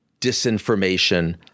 disinformation